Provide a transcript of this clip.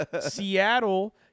Seattle